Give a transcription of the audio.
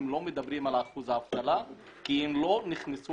לא מדברים על אחוז האבטלה כי הם לא נכנסו